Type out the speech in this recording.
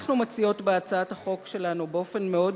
אנחנו מציעות בהצעת החוק שלנו באופן מאוד